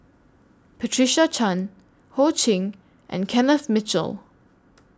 Patricia Chan Ho Ching and Kenneth Mitchell